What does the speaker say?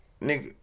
Nigga